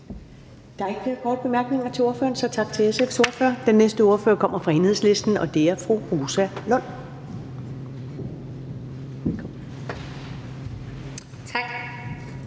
Der er ikke flere korte bemærkninger, så tak til SF's ordfører. Den næste ordfører kommer fra Enhedslisten, og det er fru Rosa Lund.